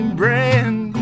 brand